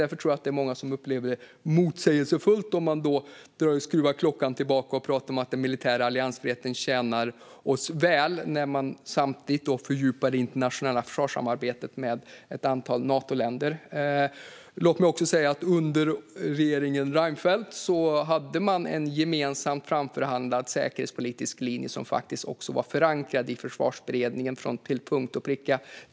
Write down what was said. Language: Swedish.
Därför tror jag att det är många som upplever det motsägelsefullt att man skruvar tillbaka klockan och pratar om att den militära alliansfriheten tjänar oss väl när man samtidigt fördjupar det internationella försvarssamarbetet med ett antal Natoländer. Låt mig också säga att under regeringen Reinfeldt hade man en gemensam, framförhandlad säkerhetspolitisk linje som var förankrad i Försvarsberedningen till punkt och pricka.